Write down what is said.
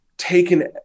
taken